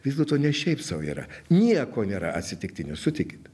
vis dėlto ne šiaip sau yra nieko nėra atsitiktinio sutikit